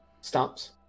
stops